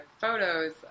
photos